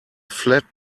flat